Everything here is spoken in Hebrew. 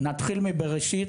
נתחיל מבראשית.